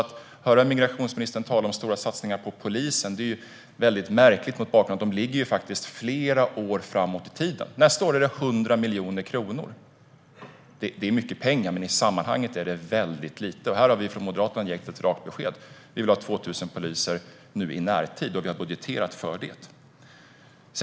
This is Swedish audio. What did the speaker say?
Att höra migrationsministern tala om stora satsningar på polisen är väldigt märkligt mot bakgrund av att de ligger flera år framåt i tiden. Nästa år är det 100 miljoner kronor. Det är mycket pengar, men i sammanhanget är det väldigt lite. Vi från Moderaterna har gett ett rakt besked: Vi vill ha 2 000 poliser i närtid, och vi har budgeterat för det.